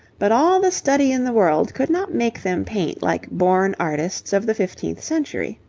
but all the study in the world could not make them paint like born artists of the fifteenth century.